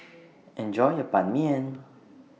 Enjoy your Ban Mian